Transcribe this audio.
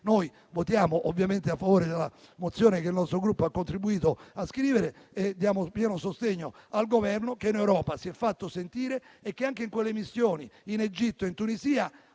noi votiamo ovviamente a favore della proposta di risoluzione che il nostro Gruppo ha contribuito a scrivere e diamo pieno sostegno al Governo, che in Europa si è fatto sentire e che anche in quelle missioni in Egitto e in Tunisia